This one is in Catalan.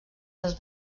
als